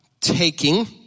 taking